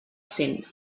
cent